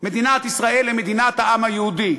מדינת ישראל היא מדינת העם היהודי.